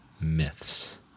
myths